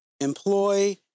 employ